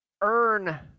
earn